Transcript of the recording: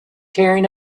carrying